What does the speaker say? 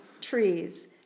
trees